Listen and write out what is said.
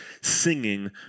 singing